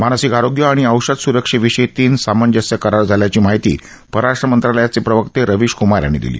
मानसिक आरोग्य आणि औषध सुरक्षेविषयी तीन सामंजस्य करार झाल्याची माहिती पररष्ट् मंत्रालयाचे प्रवक्ते रविशकुमार यांनी दिली